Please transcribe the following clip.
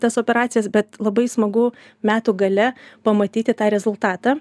tas operacijas bet labai smagu metų gale pamatyti tą rezultatą